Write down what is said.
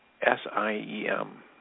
S-I-E-M